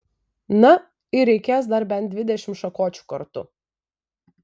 na ir reikės dar bent dvidešimt šakočių kartu